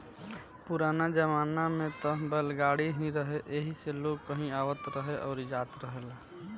पुराना जमाना में त बैलगाड़ी ही रहे एही से लोग कहीं आवत रहे अउरी जात रहेलो